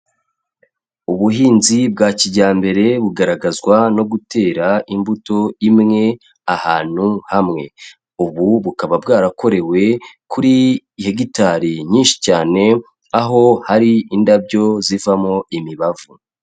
Ubuhinzi bwa kijyambere bugaragazwa no gutera imbuto imwe ahantu hamwe, ubu bukaba bwarakorewe kuri hegitari nyinshi cyane aho hari indabyo zivamo imibavu.